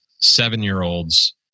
seven-year-olds